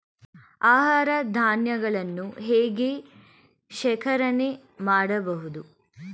ಆಹಾರ ಧಾನ್ಯಗಳನ್ನು ಹೇಗೆ ಶೇಖರಣೆ ಮಾಡಬಹುದು?